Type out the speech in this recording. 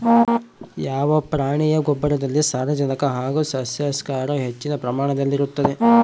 ಯಾವ ಪ್ರಾಣಿಯ ಗೊಬ್ಬರದಲ್ಲಿ ಸಾರಜನಕ ಹಾಗೂ ಸಸ್ಯಕ್ಷಾರ ಹೆಚ್ಚಿನ ಪ್ರಮಾಣದಲ್ಲಿರುತ್ತದೆ?